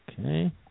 Okay